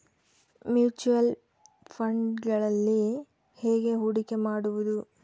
Mutual ಫುಣ್ಡ್ನಲ್ಲಿ ಹೇಗೆ ಹೂಡಿಕೆ ಮಾಡುವುದು?